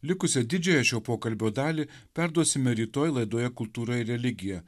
likusią didžiąją šio pokalbio dalį perduosime rytoj laidoje kultūra ir religija